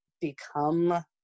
become